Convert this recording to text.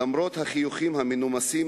למרות החיוכים המנומסים,